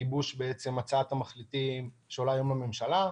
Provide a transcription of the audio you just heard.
לגיבוש הצעת המחליטים שעולה היום בממשלה.